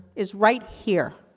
is right here.